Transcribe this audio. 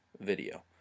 video